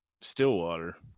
Stillwater